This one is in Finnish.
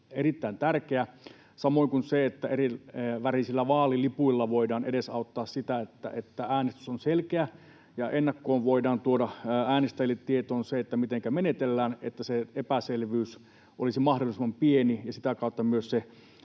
erittäin tärkeä, samoin kuin se, että erivärisillä vaalilipuilla voidaan edesauttaa sitä, että äänestys on selkeä, ja ennakkoon voidaan tuoda äänestäjille tietoon, mitenkä menetellään, niin että se epäselvyys olisi mahdollisimman pieni ja sitä kautta myös